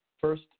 First